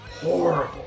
horrible